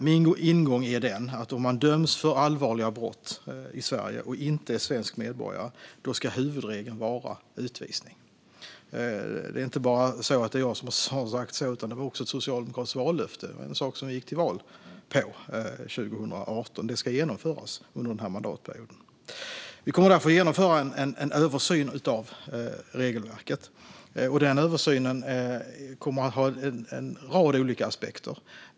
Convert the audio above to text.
Min ingång är att om man döms för allvarliga brott i Sverige och inte är svensk medborgare ska huvudregeln vara utvisning. Det är inte bara jag som säger detta, utan det var också ett socialdemokratiskt vallöfte och en sak som vi gick till val på 2018. Det ska genomföras under denna mandatperiod. Vi kommer därför att genomföra en översyn av regelverket. Denna översyn kommer att ha en rad olika aspekter.